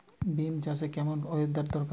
Beans চাষে কেমন weather দরকার?